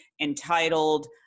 entitled